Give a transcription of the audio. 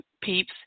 peeps